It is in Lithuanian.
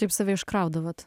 taip save iškraudavot